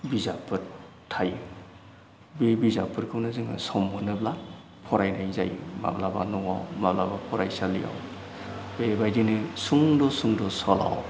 बिजाबफोर थायो बे बिजाबफोरखौनो जोङो सम मोनोब्ला फरायनाय जायो माब्लाबा न'आव माब्लाबा फरायसालियाव बेबायदिनो सुंद' सुंद' सल'